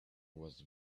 was